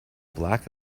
black